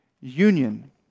union